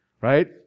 right